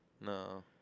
No